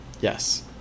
Yes